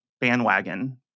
bandwagon